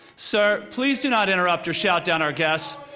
so please do not interrupt or shout down our guests.